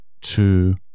two